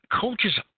Coaches